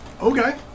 Okay